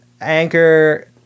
Anchor